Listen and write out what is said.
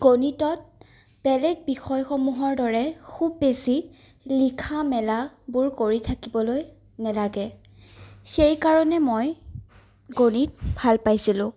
গণিতত বেলেগ বিষয়সমূহৰ দৰে খুব বেছি লিখা মেলাবোৰ কৰি থাকিবলৈ নেলাগে সেই কাৰণে মই গণিত ভাল পাইছিলোঁ